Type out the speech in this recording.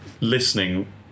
listening